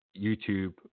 YouTube